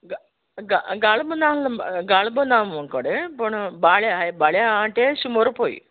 गा गा गाल्मो नासलो गाल्बो ना मुकोडे पूण बाळे हाय बाळे आसा ते शंबर रुपय